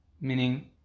meaning